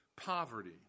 poverty